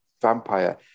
vampire